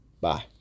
Bye